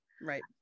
right